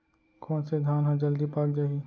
कोन से धान ह जलदी पाक जाही?